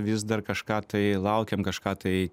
vis dar kažką tai laukiam kažką tai